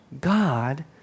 God